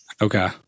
Okay